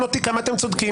את תצאי.